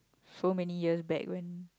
so many years back when